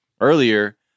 earlier